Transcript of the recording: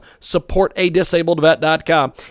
SupportAdisabledVet.com